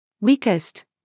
Weakest